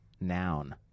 noun